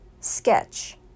sketch